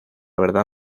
verdad